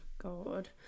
God